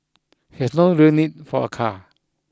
he has no real need for a car